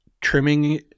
trimming